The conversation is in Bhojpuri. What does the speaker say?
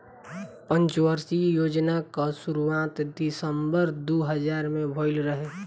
पंचवर्षीय योजना कअ शुरुआत दिसंबर दू हज़ार में भइल रहे